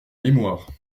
mémoire